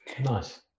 nice